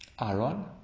Aaron